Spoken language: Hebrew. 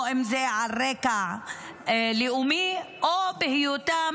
אם זה על רקע לאומי או על רקע היותם